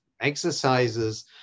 exercises